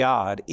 God